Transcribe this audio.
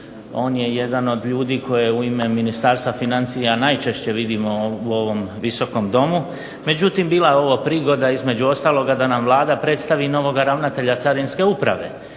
on je jedan od ljudi koje u ime Ministarstva financija najčešće vidimo u ovom Visokom domu, međutim bila je ovo prigoda između ostaloga da nam Vlada predstavi novoga ravnatelja carinske uprave,